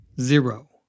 zero